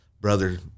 brother